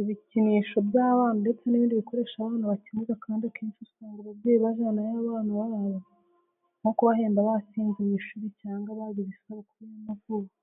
ibikinisho by'abana ndetse n'ibindi bikoresho abana bakenera kandi akenshi usanga ababyeyi bajyanayo abana babo nko kubahemba batsinze mu ishuri cyangwa bagize isabukuru y'amavuko.